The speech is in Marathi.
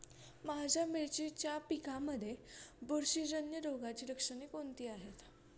माझ्या मिरचीच्या पिकांमध्ये बुरशीजन्य रोगाची लक्षणे कोणती आहेत?